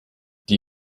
die